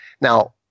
Now